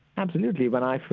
absolutely, when i